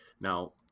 Now